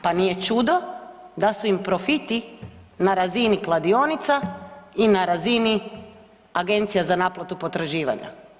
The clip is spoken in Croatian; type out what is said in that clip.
Pa nije čudo da su im profiti na razini kladionica i na razini agencija za naplatu potraživanja.